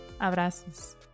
Abrazos